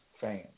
fans